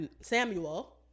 Samuel